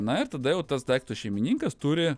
na ir tada jau tas daikto šeimininkas turi